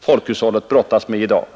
folkhushållet brottas med i dag.